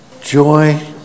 Joy